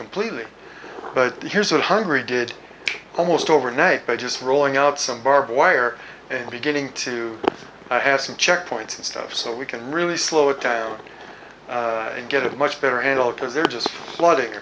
completely but here's what hungary did almost overnight by just rolling out some barbed wire and beginning to have some checkpoints and stuff so we can really slow it down and get it much better and all because they're just flooding